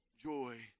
joy